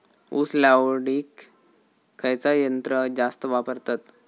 ऊस लावडीक खयचा यंत्र जास्त वापरतत?